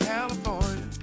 California